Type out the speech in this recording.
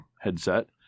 headset